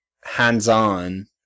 hands-on